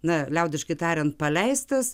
na liaudiškai tariant paleistas